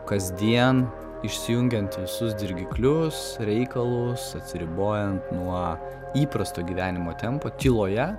kasdien išsijungiant visus dirgiklius reikalus atsiribojant nuo įprasto gyvenimo tempo tyloje